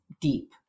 deep